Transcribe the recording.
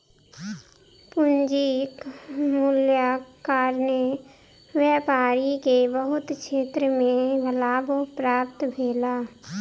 पूंजीक मूल्यक कारणेँ व्यापारी के बहुत क्षेत्र में लाभ प्राप्त भेल